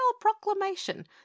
proclamation